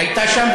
הייתה שם,